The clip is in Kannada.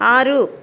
ಆರು